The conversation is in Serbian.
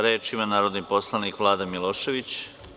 Reč ima narodni poslanik Vladan Milošević.